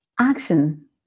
action